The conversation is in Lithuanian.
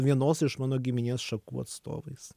vienos iš mano giminės šakų atstovais